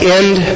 end